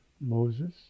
Moses